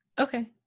Okay